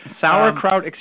sauerkraut